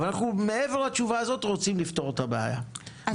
אבל אנחנו רוצים לפתור את הבעיה מעבר לתשובה הזאת,